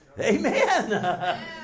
Amen